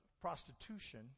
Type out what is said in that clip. prostitution